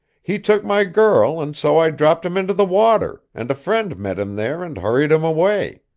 he took my girl, and so i dropped him into the water, and a friend met him there and hurried him away